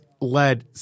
led